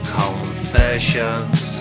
confessions